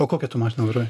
o kokią tu mašiną vairuoji